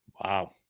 Wow